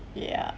ya